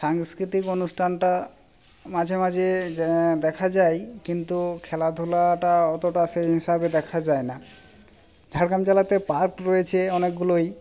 সাংস্কৃতিক অনুষ্ঠানটা মাঝে মাঝে দেখা যায় কিন্তু খেলাধুলাটা অতটা সেই হিসাবে দেখা যায় না ঝাড়গ্রাম জেলাতে পার্ক রয়েছে অনেকগুলোই